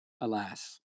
alas